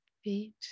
feet